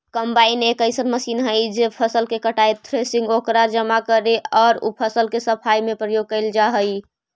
combine एक अइसन machine हई जे फसल के कटाई, थ्रेसिंग, ओकरा जमा करे औउर उ फसल के सफाई में प्रयोग कईल जा हई